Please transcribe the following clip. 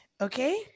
Okay